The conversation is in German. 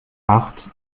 acht